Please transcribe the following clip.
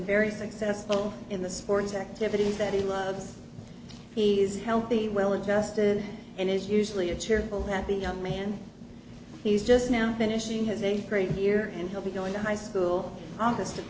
very successful in the sports activities that he loves he's healthy well adjusted and is usually a cheerful that the young man who's just now finishing his eighth grade year and he'll be going to high school